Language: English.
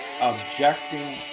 Objecting